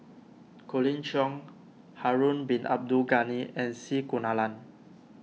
Colin Cheong Harun Bin Abdul Ghani and C Kunalan